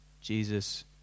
Jesus